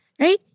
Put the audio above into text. right